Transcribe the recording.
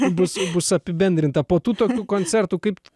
bus bus apibendrinta po tų tokių koncertų kaip